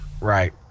right